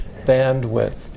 bandwidth